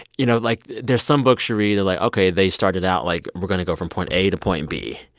you know, like, there's some books you read, like, ok. they started out, like, we're going to go from point a to point b.